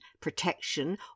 protection